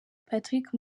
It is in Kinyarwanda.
patrick